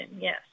yes